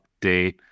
update